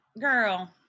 girl